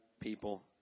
people